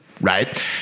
right